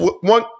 one